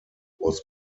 was